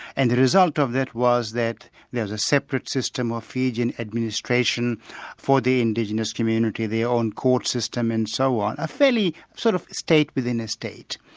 and the result of that was that there was a separate system of fijian administration for the indigenous community, their own court system and so on, a fairly sort of state within a state.